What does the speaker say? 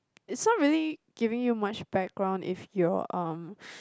it's not really giving you much background if your um